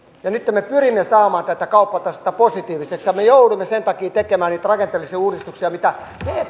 ja nytten me pyrimme saamaan tätä kauppatasetta positiiviseksi ja me joudumme sen takia tekemään niitä rakenteellisia uudistuksia mitä